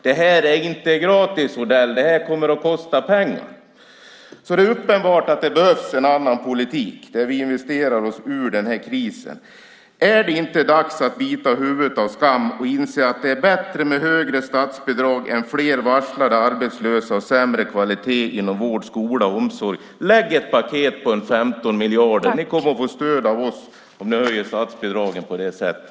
Det är inte gratis, Odell. Det kommer att kosta pengar. Det är uppenbart att det behövs en annan politik där vi investerar oss ur den här krisen. Är det inte dags att bita huvudet av skammen och inse att det är bättre med högre statsbidrag än fler varslade arbetslösa och sämre kvalitet inom vård, skola och omsorg? Lägg ett paket på 15 miljarder. Ni kommer att få stöd av oss om ni höjer statsbidragen på det sättet.